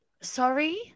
Sorry